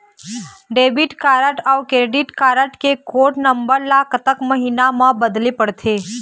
Debit card अऊ credit card code कोड नंबर ला कतक महीना मा बदले पड़थे?